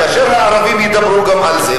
כאשר הערבים ידברו גם על זה,